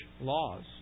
laws